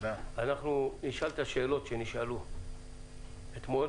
אנחנו נשאל את השאלות שנשאלו אתמול.